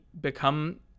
become